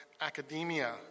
academia